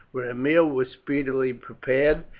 where a meal was speedily prepared,